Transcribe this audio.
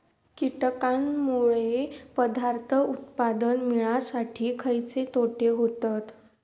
कीटकांनमुळे पदार्थ उत्पादन मिळासाठी खयचे तोटे होतत?